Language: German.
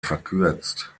verkürzt